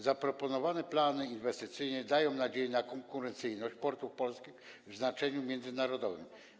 Zaproponowane plany inwestycyjne dają nadzieję na konkurencyjność polskich portów w znaczeniu międzynarodowym.